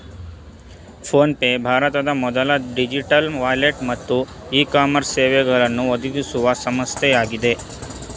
phone pay ಭಾರತದ ಮೊದಲ digital wallet ಮತ್ತು ಇ ಕಾಮರ್ಸ್ ಸೇವೆಗಳನ್ನು ಒದಗಿಸುವ ಸಂಸ್ಥೆಯಾಗಿದೆ